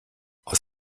aus